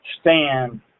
stand